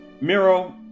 Miro